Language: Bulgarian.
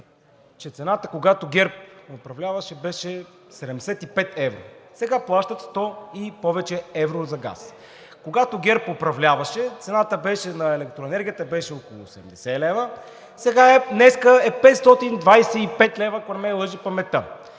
че цената, когато ГЕРБ управляваше, беше 75 евро, а сега плащат 100 и повече евро за газ. Когато ГЕРБ управляваше, цената на електроенергията беше около 80 лв., а днес е 525 лв., ако не ме лъже паметта.